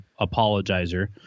apologizer